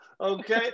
okay